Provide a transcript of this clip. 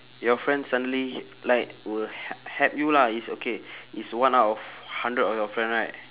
your friend suddenly like will h~ help you lah it's okay it's one out of hundred of your friend right